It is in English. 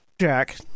Jack